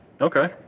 Okay